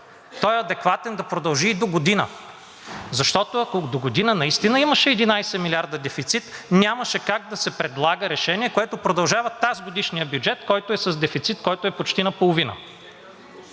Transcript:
Той е адекватен да продължи и догодина, защото, ако догодина наистина имаше 11 милиарда дефицит, нямаше как да се предлага решение, което продължава тазгодишния бюджет, който е с дефицит, който е почти наполовина.